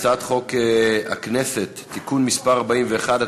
הצעת חוק הכנסת (תיקון מס' 41),